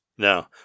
No